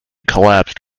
collapsed